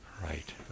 Right